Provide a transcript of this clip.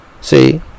See